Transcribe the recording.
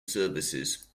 services